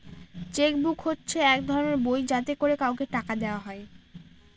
check book হচ্ছে এক ধরনের বই যাতে করে কাউকে টাকা দেওয়া হয়